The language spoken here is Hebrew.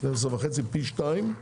פי שניים,